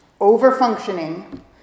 over-functioning